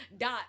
Dot